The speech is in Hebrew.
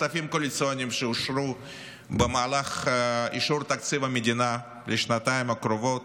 הכספים הקואליציוניים שאושרו במהלך אישור תקציב המדינה לשנתיים הקרובות,